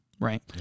Right